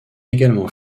également